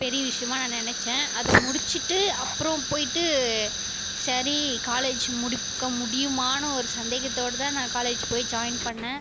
பெரிய விஷயமாக நான் நினைத்தேன் அதை முடித்துட்டு அப்புறம் போயிட்டு சரி காலேஜ் முடிக்க முடியுமான்னு ஒரு சந்தேகத்தோடு தான் நான் காலேஜ் போய் ஜாயின் பண்ணேன்